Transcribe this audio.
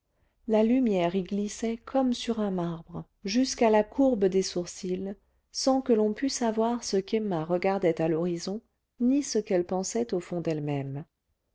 la lumière y glissait comme sur un marbre jusqu'à la courbe des sourcils sans que l'on pût savoir ce qu'emma regardait à l'horizon ni ce qu'elle pensait au fond d'elle-même